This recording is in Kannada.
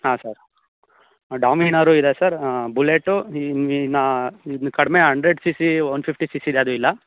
ಹಾಂ ಸರ್ ಡೊಮಿನಾರು ಇದೆ ಸರ್ ಬುಲೆಟು ಈ ಕಡಿಮೆ hundred C C one fifty C ಸಿದು ಯಾವ್ದೂ ಇಲ್ಲ